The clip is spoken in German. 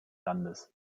landes